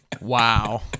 Wow